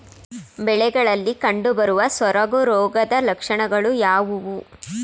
ಬೆಳೆಗಳಲ್ಲಿ ಕಂಡುಬರುವ ಸೊರಗು ರೋಗದ ಲಕ್ಷಣಗಳು ಯಾವುವು?